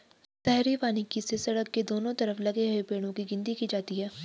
शहरी वानिकी से सड़क के दोनों तरफ लगे हुए पेड़ो की गिनती की जाती है